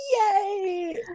yay